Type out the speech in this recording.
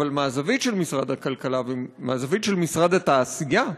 אבל מהזווית של משרד הכלכלה ומהזווית של משרד התעשייה,